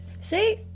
See